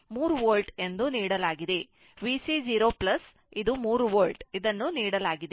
VC 0 3 volt ಇದನ್ನು ನೀಡಲಾಗಿದೆ